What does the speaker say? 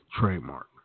trademark